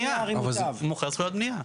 הוא מוכר זכויות בנייה.